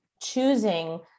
choosing